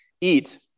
eat